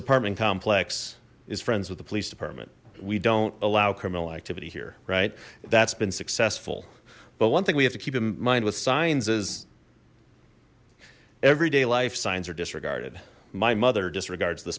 apartment complex is friends with the police department we don't allow criminal activity here right that's been successful but one thing we have to keep in mind with signs is everyday life signs are disregarded my mother disregards t